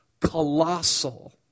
colossal